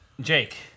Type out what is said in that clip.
Jake